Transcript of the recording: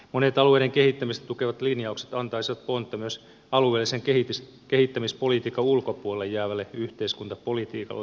monet alueiden kehittämistä tukevat linjaukset antaisivat pontta myös alueellisen kehittämispolitiikan ulkopuolelle jäävälle yhteiskuntapolitiikalle